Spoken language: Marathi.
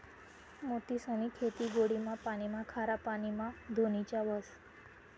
मोतीसनी खेती गोडा पाणीमा, खारा पाणीमा धोनीच्या व्हस